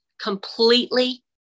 completely